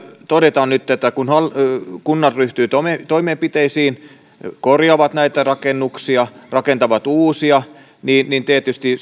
todetaan nyt että kun kunnat ryhtyvät toimenpiteisiin korjaavat näitä rakennuksia rakentavat uusia niin niin tietysti